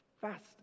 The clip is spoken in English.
Fast